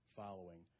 following